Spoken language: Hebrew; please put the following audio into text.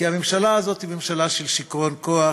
כי הממשלה הזאת היא ממשלה של שיכרון כוח,